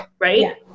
right